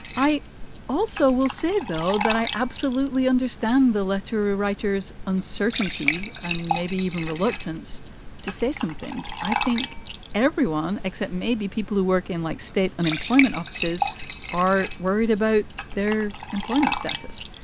i also will say though, that i absolutely understand the letter writers uncertainty and maybe even reluctance to say something. i think everyone, except maybe people who work in like state unemployment offices are worried about their employment status.